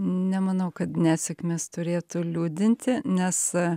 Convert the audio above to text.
nemanau kad nesėkmės turėtų liūdinti nes